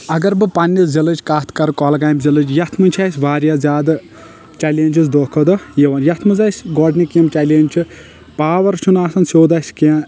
اگر بہٕ پننہِ ضلعٕچ کتھ کرٕ کۄگامۍ ضلعٕچ یتھ منٛز چھِ اسہِ واریاہ زیادٕ چلینجز دۄہ کھۄتہٕ دۄہ یِوان یتھ منٛز اسۍ گۄڈنیُک یِم چلینج چھِ پاور چھُنہٕ آسان سیوٚد اسہِ کینٛہہ